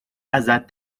ازت